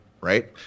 right